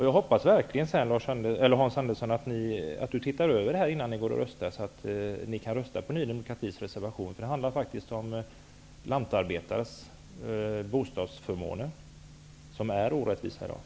Jag hoppas verkligen att Hans Andersson ser över detta innan ni röstar, så att ni kan rösta på Ny demokratis reservation. Den handlar faktiskt om lantarbetares bostadsförmåner, som är orättvisa i dag.